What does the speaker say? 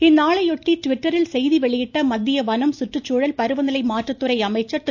இந்நாளையொட்டி ட்விட்டரில் செய்தி வெளியிட்ட மத்திய வன மற்றும் சுற்றுச்சூழல் பருவநிலை மாற்றத் துறை அமைச்சர் திரு